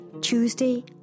Tuesday